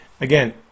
again